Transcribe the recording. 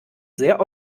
sehr